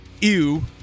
ew